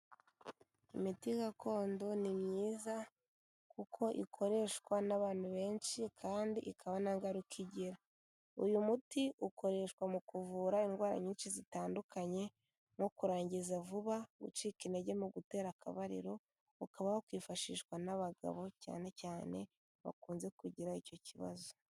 Imiti gakondo ni myiza, kuko ikoreshwa n'abantu benshi, kandi ikaba nta ngaruka igira, uyu muti ukoreshwa mu kuvura indwara nyinshi zitandukanye nko kurangiza vuba, gucika intege mu gutera akabariro, ukaba wakwifashishwa n'abagabo, cyane cyane bakunze kugira icyo kibazo.